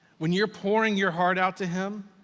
when you're pouring your heart out to him,